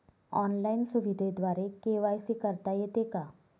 Online सुविधेद्वारे KYC करता येते का?